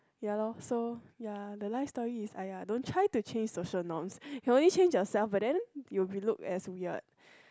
ya lor so ya the life story is !aiya! don't try to change social norms you can only change yourself but then you will be looked as weird